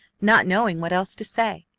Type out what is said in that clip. not knowing what else to say,